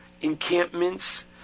encampments